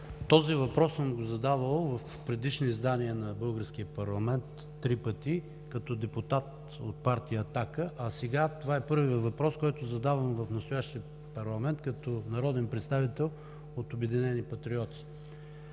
този въпрос съм го задавал три пъти в предишни издания на българския парламент като депутат от партия „Атака“, а сега това е първият въпрос, който задавам в настоящия парламент като народен представител от „Обединени патриоти“.